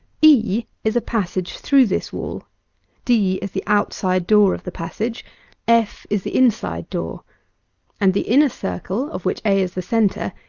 e is a passage through this wall d is the outside door of the passage f is the inside door and the inner circle, of which a is the centre,